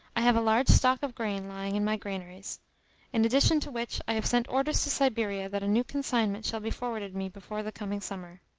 i have a large stock of grain lying in my granaries in addition to which, i have sent orders to siberia that a new consignment shall be forwarded me before the coming summer.